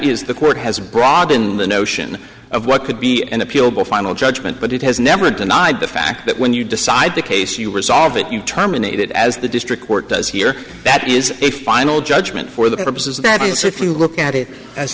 is the court has broadened the notion of what could be an appealable final judgment but it has never denied the fact that when you decide the case you resolve it you terminate it as the district court does here that is a final judgment for the purposes that look at it as